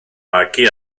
magu